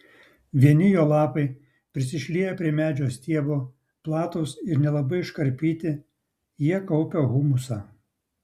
vieni jo lapai prisišlieję prie medžio stiebo platūs ir nelabai iškarpyti jie kaupia humusą